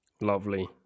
Lovely